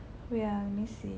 wait ah let me see